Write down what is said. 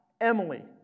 Emily